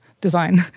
design